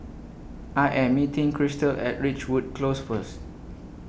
I Am meeting Christal At Ridgewood Close First